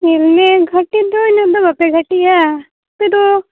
ᱧᱮᱞᱢᱮ ᱜᱷᱟᱴᱤ ᱫᱚ ᱤᱱᱟᱹᱜ ᱫᱚ ᱵᱟᱯᱮ ᱜᱷᱟᱴᱤᱭᱟ ᱟᱯᱮᱫᱚ